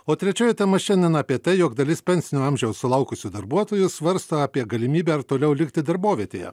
o trečioji tema šiandien apie tai jog dalis pensinio amžiaus sulaukusių darbuotojų svarsto apie galimybę ir toliau likti darbovietėje